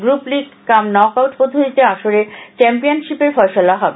group league cum knockout পদ্ধতিতে আসরে চ্যাম্পিয়নশিপের ফয়সলা হবে